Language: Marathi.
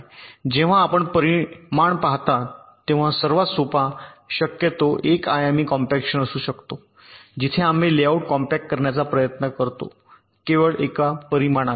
जेव्हा आपण परिमाण पाहता तेव्हा सर्वात सोपा शक्यतो 1 आयामी कॉम्पॅक्शन असू शकतो जिथे आम्ही लेआउट्स कॉम्पॅक्ट करण्याचा प्रयत्न करतो केवळ 1 परिमाणात